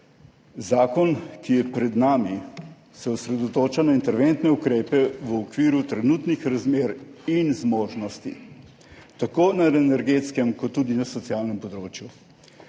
Zakon, ki je pred nami, se osredotoča na interventne ukrepe v okviru trenutnih razmer in zmožnosti, tako na energetskem kot tudi na socialnem področju.